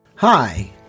Hi